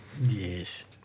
Yes